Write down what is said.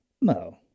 No